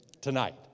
tonight